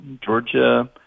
Georgia